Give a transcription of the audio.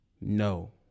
No